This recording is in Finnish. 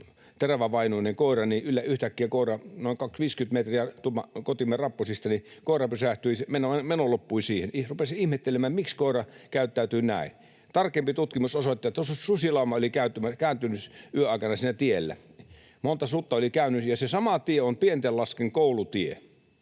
kilometri on kotimme pihalle. Yhtäkkiä, noin 50 metriä kotimme rappusista, koira pysähtyi. Meno loppui siihen. Rupesin ihmettelemään, miksi koira käyttäytyy näin. Tarkempi tutkimus osoitti, että susilauma oli kääntynyt yön aikana siinä tiellä, monta sutta oli käynyt. Ja se sama tie on pienten lasten koulutie.